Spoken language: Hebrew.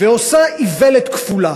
ועושה איוולת כפולה,